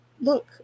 look